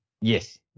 Yes